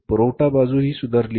पुरवठा बाजू ही सुधारली आहे